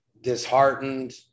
disheartened